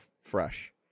fresh